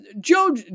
Joe